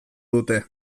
dute